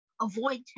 avoid